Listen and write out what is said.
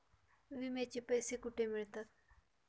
विम्याचे पैसे कुठे मिळतात?